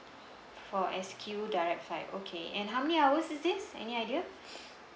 for S_Q direct flight okay and how many hours is this any idea